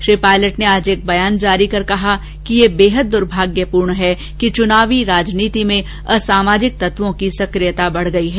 श्री पायलट ने आज एक बयान जारी कर कहा कि यह बेहद दुर्भाग्यपूर्ण है कि चुनावी राजनीति में असामाजिक तत्वों की सकियता बढ़ गई है